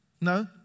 No